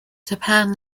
japan